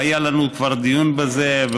והיה לנו כבר דיון בזה,